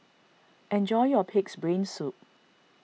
enjoy your Pig's Brain Soup